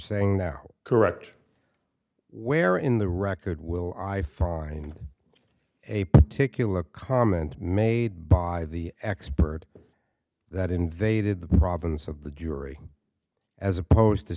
saying now correct where in the record will i find a particular comment made by the expert that invaded the province of the jury as opposed to